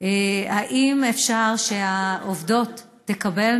אם אפשר שהעובדות תקבלה